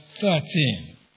thirteen